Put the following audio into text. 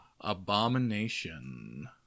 Abomination